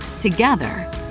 Together